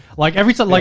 like every time, like